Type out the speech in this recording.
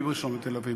מי ראשון בתל-אביב?